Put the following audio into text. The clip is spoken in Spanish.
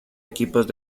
equipos